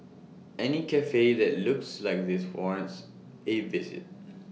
any Cafe that looks like this warrants A visit